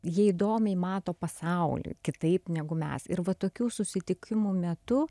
jie įdomiai mato pasaulį kitaip negu mes ir va tokių susitikimų metu